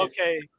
Okay